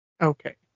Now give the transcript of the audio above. Okay